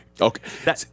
Okay